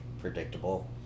predictable